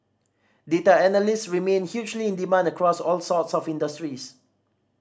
data analysts remain hugely in demand across all sorts of industries